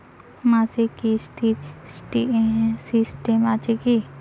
মাসিক কিস্তির সিস্টেম আছে কি?